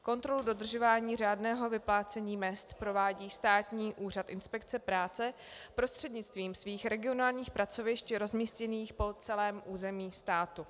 Kontrolu dodržování řádného vyplácení mezd provádí Státní úřad inspekce práce prostřednictvím svých regionálních pracovišť rozmístěných po celém území státu.